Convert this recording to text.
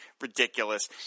ridiculous